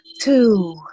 Two